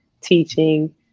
teaching